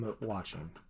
watching